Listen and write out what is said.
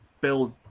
build